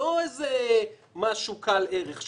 לא משהו קל ערך,